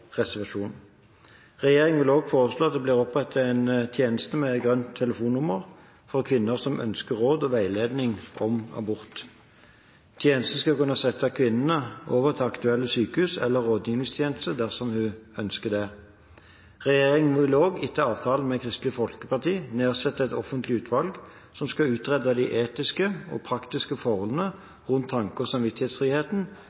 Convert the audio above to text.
Regjeringen vil også foreslå at det blir opprettet en tjeneste med grønt telefonnummer for kvinner som ønsker råd og veiledning om abort. Tjenesten skal kunne sette kvinnene over til aktuelle sykehus eller rådgivningstjeneste dersom hun ønsker det. Regjeringen vil også, etter avtale med Kristelig Folkeparti, nedsette et offentlig utvalg som skal utrede de etiske og praktiske